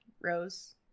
rose